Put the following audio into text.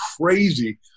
crazy